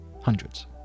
hundreds